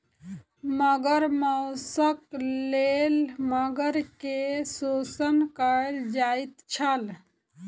मगर मौसक लेल मगर के शोषण कयल जाइत छल